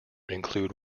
include